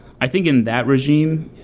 i think in that regime,